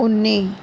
ਉੱਨੀ